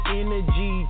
energy